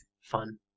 Fun